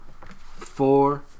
four